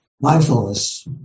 mindfulness